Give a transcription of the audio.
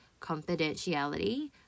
confidentiality